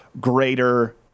greater